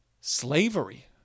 slavery